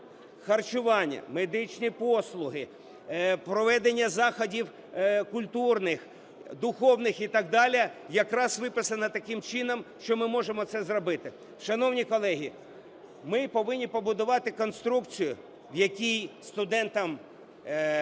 харчування, медичні послуги, проведення заходів культурних, духовних і так далі якраз виписано таким чином, що ми можемо це зробити. Шановні колеги, ми повинні побудувати конструкцію, в якій студентам,